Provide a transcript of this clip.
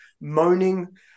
moaning